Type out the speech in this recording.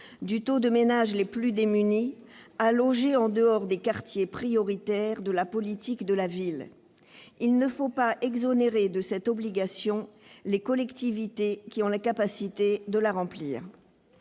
du taux de ménages les plus démunis à loger en dehors des quartiers prioritaires de la politique de la ville. Il ne faut pas exonérer d'une telle obligation les collectivités ayant la capacité de la remplir.